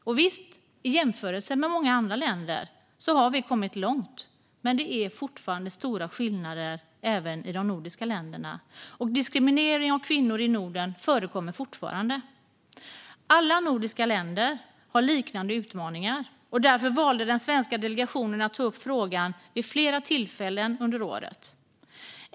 Och visst har vi i jämförelse med många andra länder kommit långt, men det är fortfarande stora skillnader även i de nordiska länderna. Diskriminering av kvinnor i Norden förekommer fortfarande. Alla nordiska länder har liknande utmaningar. Därför valde den svenska delegationen att ta upp frågan vid flera tillfällen under året.